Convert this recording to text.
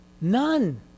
None